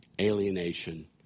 alienation